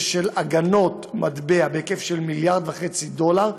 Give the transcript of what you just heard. של הגנות מטבע בהיקף של 1.5 מיליארד דולר,